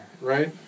right